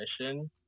mission